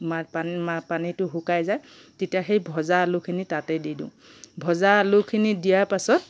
মা পা পানীটো শুকাই যায় তেতিয়া সেই ভজা আলুখিনি তাতেই দি দিওঁ ভজা আলুখিনি দিয়া পাছত